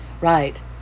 Right